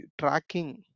tracking